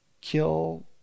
kill